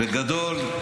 בגדול,